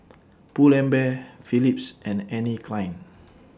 Pull and Bear Philips and Anne Klein